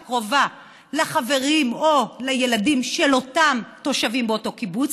זו שקרובה לחברים או לילדים של אותם תושבים באותו קיבוץ,